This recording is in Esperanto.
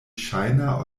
ŝajna